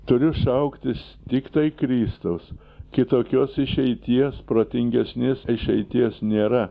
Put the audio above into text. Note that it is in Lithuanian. turiu šauktis tiktai kristaus kitokios išeities protingesnės išeities nėra